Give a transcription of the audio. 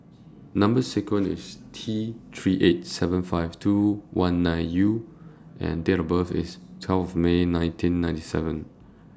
Number sequence IS T three eight seven five two one nine U and Date of birth IS twelfth May nineteen ninety seven